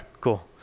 Cool